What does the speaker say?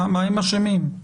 מה הם אשמים?